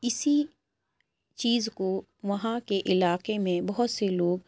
اسی چیز کو وہاں کے علاقے میں بہت سے لوگ